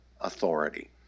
authority